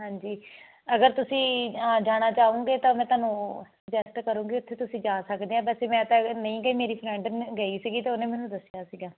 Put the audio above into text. ਹਾਂਜੀ ਅਗਰ ਤੁਸੀਂ ਜਾਣਾ ਚਾਹੋਗੇ ਤਾਂ ਮੈਂ ਤੁਹਾਨੂੰ ਸੁਜੈਸਟ ਕਰੂੰਗੀ ਉੱਥੇ ਤੁਸੀਂ ਜਾ ਸਕਦੇ ਆ ਵੈਸੇ ਮੈਂ ਤਾਂ ਗ ਨਹੀਂ ਗਈ ਮੇਰੀ ਫਰੈਂਡ ਨ ਗਈ ਸੀਗੀ ਅਤੇ ਉਹਨੇ ਮੈਨੂੰ ਦੱਸਿਆ ਸੀਗਾ